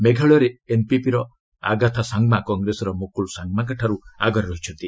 ମେଘାଳୟରେ ଏନ୍ପିପିର ଆଗାଥା ସାଙ୍ଗମା କଂଗ୍ରେସର ମୁକୁଲ ସାଙ୍ଗମାଙ୍କଠାରୁ ଆଗରେ ଅଛନ୍ତି